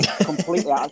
completely